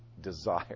desire